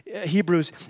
Hebrews